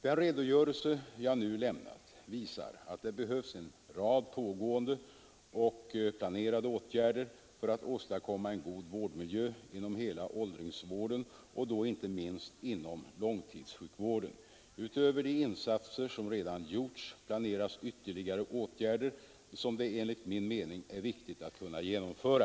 Den redogörelse jag nu lämnat visar att det behövs en rad pågående och planerade åtgärder för att åstadkomma en god vårdmiljö inom hela åldringsvården och då inte minst inom långtidssjukvården. Utöver de insatser som redan gjorts planeras ytterligare åtgärder, som det enligt min mening är viktigt att kunna genomföra.